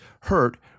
hurt